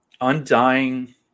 undying